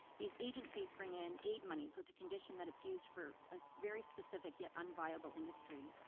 these agencies bring in aid monies with the condition that it's used for a very specific yet un-viable industry.